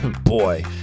Boy